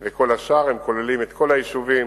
וכל השאר, כוללות את כל היישובים,